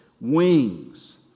wings